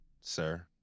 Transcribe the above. sir